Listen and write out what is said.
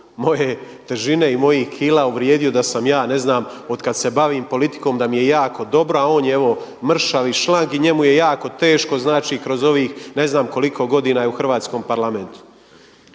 moje težine i mojih kila uvrijedio da sam ja, ne znam, od kada se bavim politikom da mi je jako dobro, a on je evo mršav i šlang i njemu je jako teško kroz ovih ne znam koliko godina je u hrvatskom Parlamentu.